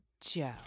Joe